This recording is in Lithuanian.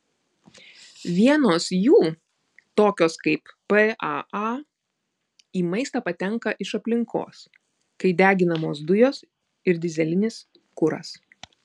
vienos jų tokios kaip paa į maistą patenka iš aplinkos kai deginamos dujos ir dyzelinis kuras